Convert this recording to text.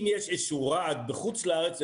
אם יש איזה שהוא רעד בחוץ לארץ,